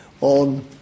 on